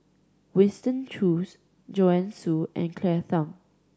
Winston Choos Joanne Soo and Claire Tham